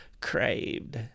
craved